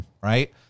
Right